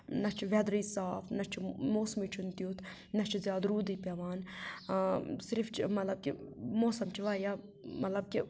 نہَ چھُ ویدرٕے صاف نہَ چھُ موسمٕے چھُنہٕ تٮ۪تھ نہَ چھُ زیادٕ روٗدٕے پٮ۪وان صِرف چھُ مطلب کہِ موسَم چھُ واریاہ مطلب کہِ